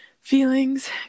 feelings